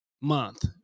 month